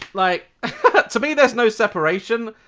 like to me there's no separation.